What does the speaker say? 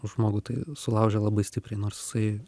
žmogų tai sulaužė labai stipriai nors jisai